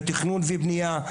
בתכנון ובנייה,